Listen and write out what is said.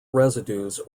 residues